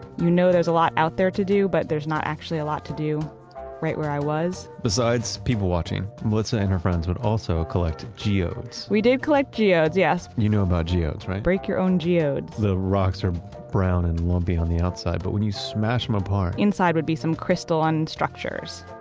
you know there a lot out there to do but there's not actually a lot to do right where i was besides people watching, melissa and her friends would also collect geodes we did collect geodes, yes you know about geodes, right? break your own geodes. the rocks are brown and lumpy on the outside but when you smash them apart, inside would be some crystalline structures.